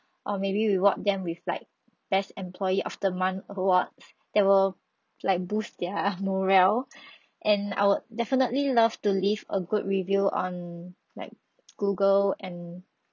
or maybe reward them with like best employee of the month awards that will like boost their morale and I would definitely love to leave a good review on like google and